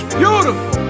beautiful